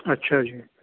ਅੱਛਾ ਜੀ